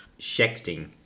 Shexting